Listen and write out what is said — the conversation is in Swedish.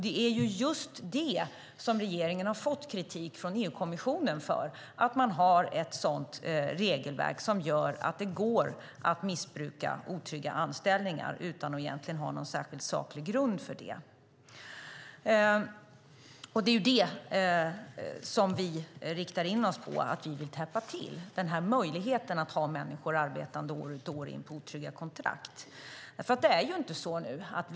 Det är just det som regeringen har fått kritik från EU-kommissionen för, alltså att man har ett sådant regelverk som gör att det går att missbruka otrygga anställningar utan att egentligen ha någon särskild grund för det. Det är den här möjligheten att ha människor arbetande år ut och år in på otrygga kontrakt som vi riktar in oss på att täppa till.